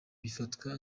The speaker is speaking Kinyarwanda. bifatwa